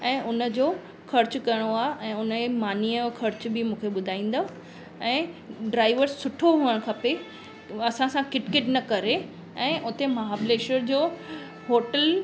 ऐं उनजो खर्च घणो आहे ऐं उनजी मानीअ जो खर्च बि मूंखे ॿुधाईंदव ऐं ड्राइवर सुठो हुअणु खपे असांसां किटकिट न करे ऐं उते महाबलेश्वर जो होटल